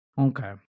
Okay